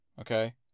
okay